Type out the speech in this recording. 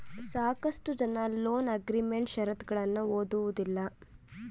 ಸಾಕಷ್ಟು ಜನ loan agreement ಶರತ್ತುಗಳನ್ನು ಓದುವುದಿಲ್ಲ